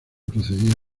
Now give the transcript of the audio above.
procedía